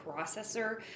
processor